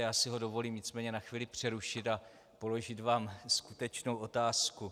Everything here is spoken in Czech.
Já si ho dovolím nicméně na chvíli přerušit a položit vám skutečnou otázku.